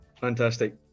fantastic